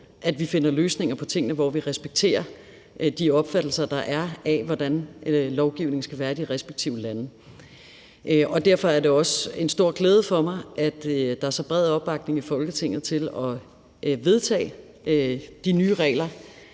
at vi finder løsninger på tingene, hvor vi respekterer de opfattelser, der er, af, hvordan lovgivningen skal være i de respektive lande. Derfor er det også en stor glæde for mig, at der er så bred opbakning i Folketinget til at vedtage de nye regler,